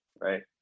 right